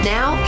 Now